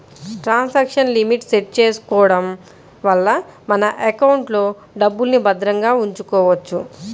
transaction limit set చేసుకోడం వల్ల మన ఎకౌంట్లో డబ్బుల్ని భద్రంగా ఉంచుకోవచ్చు